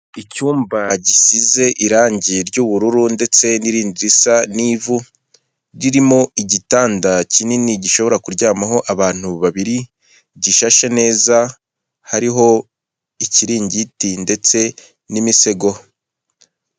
Icyumba gisize irangi ry'ubururu ndetse n'irindi risa n'ivu ririmo igitanda kinini gishobora kuryamaho abantu babiri gishashe neza hariho ikiringiti ndetse n'imisego.